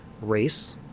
race